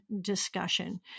discussion